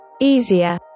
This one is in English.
easier